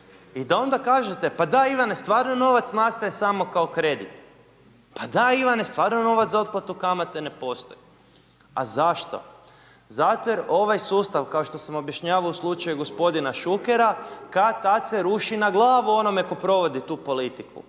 i da onda kažete pa da Ivane stvarno je, novac nastaje samo kao kredit, pa Ivane stvarno je, novac za otplatu kamate ne postoji, a zašto, zato jer ovaj sustav kao što sam objašnjavao u slučaju gospodina Šukera kad-tad se ruši na glavu onome ko provodi tu politiku.